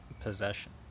possession